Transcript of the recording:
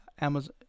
Amazon